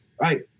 right